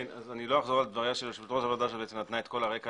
לא אחזור על דבריה של יושבת-ראש הוועדה שנתנה את כל הרקע